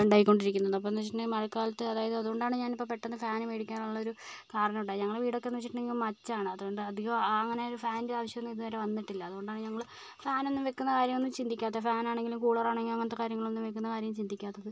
ഉണ്ടായിക്കൊണ്ടിരിക്കുന്നത് അപ്പോഴെന്ന് വെച്ചിട്ടുണ്ടെങ്കിൽ മഴക്കാലത്ത് അതായത് അതുകൊണ്ടാണ് ഞാനിപ്പോൾ പെട്ടെന്ന് ഫാൻ മേടിക്കാനുള്ളൊരു കാരണം ഉണ്ടായത് ഞങ്ങളുടെ വീടൊക്കെ വെച്ചിട്ടുണ്ടെങ്കിൽ മച്ചാണ് അതുകൊണ്ട് അധികം ആ അങ്ങനെ ഒരു ഫാനിൻ്റെ ആവശ്യമൊന്നും ഇതുവരെ വന്നിട്ടില്ല അതുകൊണ്ടാണ് ഞങ്ങൾ ഫാനൊന്നും വെക്കുന്ന കാര്യമൊന്നും ചിന്തിക്കാത്തത് ഫാനാണെങ്കിലും കൂളറാണെങ്കിലും അങ്ങനത്തെ കാര്യങ്ങളൊന്നും വെയ്ക്കുന്ന കാര്യം ചിന്തിക്കാത്തത്